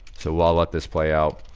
so i'll ah let this play out.